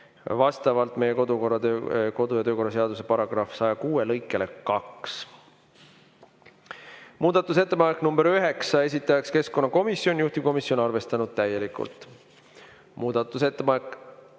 vastavalt meie kodu‑ ja töökorra seaduse § 106 lõikele 2. Muudatusettepanek nr 9, esitajaks keskkonnakomisjon ja juhtivkomisjon on arvestanud täielikult. Muudatusettepanek